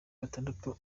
batandatu